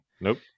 Nope